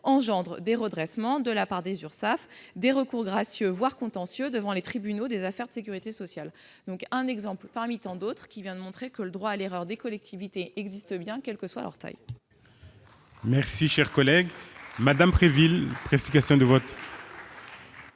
engendre des redressements de la part des URSSAF, des recours gracieux, voire des contentieux devant les tribunaux des affaires de sécurité sociale. » Voilà un exemple parmi tant d'autres qui montre que le droit à l'erreur des collectivités existe, quelle que soit leur taille. Très bien ! La parole est à Mme Angèle Préville, pour explication de vote.